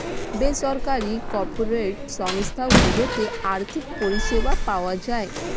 বেসরকারি কর্পোরেট সংস্থা গুলোতে আর্থিক পরিষেবা পাওয়া যায়